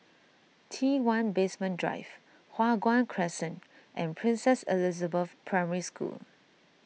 T one Basement Drive Hua Guan Crescent and Princess Elizabeth Primary School